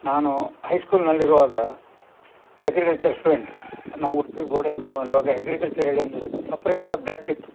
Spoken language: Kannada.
ನಾನು ಹೈಸ್ಕೂಲಿನಲ್ಲಿರುವಾಗ ಅಗ್ರಿಕಲ್ಚರ್ ಸ್ಟುಡೆಂಟ್ ನಾವು ಉಡುಪಿ ಬೋರ್ಡ್ ಐಸ್ಕೂಲಿನಲ್ಲಿರುವಾಗ ಅಗ್ರಿಕಲ್ಚರಲ್ಲಿ ಒಂದು ಸಪ್ರೇಟ್ ಸಬ್ಜೆಕ್ಟ್ ಇತ್ತು